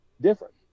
different